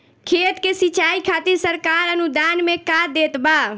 खेत के सिचाई खातिर सरकार अनुदान में का देत बा?